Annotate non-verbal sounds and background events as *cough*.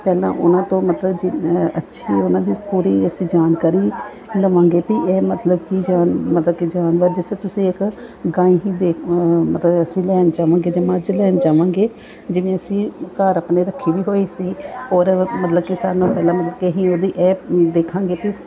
ਪਹਿਲਾਂ ਉਹਨਾਂ ਤੋਂ ਮਤਲਬ *unintelligible* ਅੱਛੀ ਉਹਨਾਂ ਦੀ ਥੋੜ੍ਹੀ ਅਸੀਂ ਜਾਣਕਾਰੀ ਲਵਾਂਗੇ ਵੀ ਇਹ ਮਤਲਬ ਕਿ ਜਾ ਮਤਲਬ ਕਿ ਜਾਨਵਰ ਜਿਸ ਤੁਸੀਂ ਇੱਕ ਗਾਂਈ ਹੀ ਦੇ ਮਤਲਬ ਅਸੀਂ ਲੈਣ ਜਾਵਾਂਗੇ ਜਾ ਮੱਝ ਲੈਣ ਜਾਵਾਂਗੇ ਜਿਵੇਂ ਅਸੀਂ ਘਰ ਆਪਣੇ ਰੱਖੀ ਵੀ ਹੋਈ ਸੀ ਔਰ ਮ ਮਤਲਬ ਕਿ ਸਾਰਿਆਂ ਨਾਲੋਂ ਪਹਿਲਾਂ ਮਤਲਬ ਕਿ ਅਸੀਂ ਉਹਦੀ ਇਹ ਦੇਖਾਂਗੇ